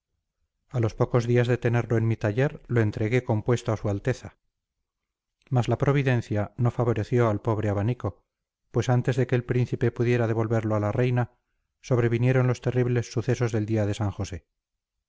a los pocos días de tenerlo en mi taller lo entregué compuesto a su alteza mas la providencia no favoreció al pobre abanico pues antes de que el príncipe pudiera devolverlo a la reina sobrevinieron los terribles sucesos del día de san josé